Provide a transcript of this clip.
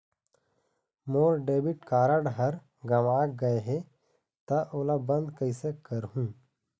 मोर debit card हर गंवा गैर गए हे त ओला बंद कइसे करहूं?